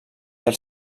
els